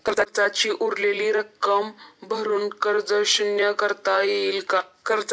कर्जाची उरलेली रक्कम भरून कर्ज शून्य करता येईल का?